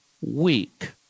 week